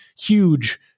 huge